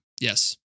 Yes